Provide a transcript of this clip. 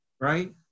right